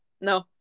No